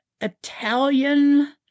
Italian